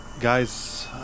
Guys